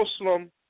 Muslim